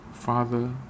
Father